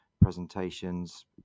presentations